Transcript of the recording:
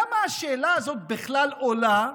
למה השאלה הזאת בכלל עולה,